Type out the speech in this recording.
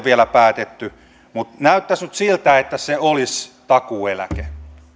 vielä päätetty mutta näyttäisi nyt siltä että se olisi takuueläke